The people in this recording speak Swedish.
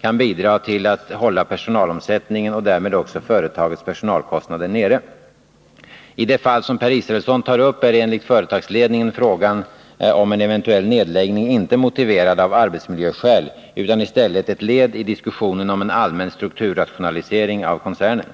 kan bidra till att hålla personalomsättningen och därmed också företagets personalkostnader nere. I det fall som Per Israelsson tar upp är enligt företagsledningen frågan om en eventuell nedläggning inte motiverad av arbetsmiljöskäl, utan i stället ett led i diskussionen om en allmän strukturrationalisering av koncernen.